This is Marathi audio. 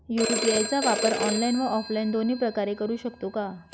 यू.पी.आय चा वापर ऑनलाईन व ऑफलाईन दोन्ही प्रकारे करु शकतो का?